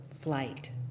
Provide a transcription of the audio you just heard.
flight